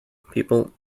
people